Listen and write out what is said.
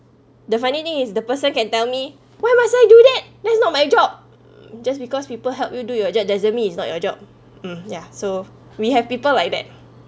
the funny thing is the person can tell me why must you do that that's not my job just because people help you do your job doesn't mean it's not your job um ya so we have people like that